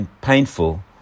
painful